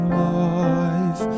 life